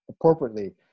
appropriately